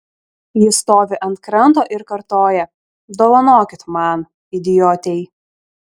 ji stovi ant kranto ir kartoja dovanokit man idiotei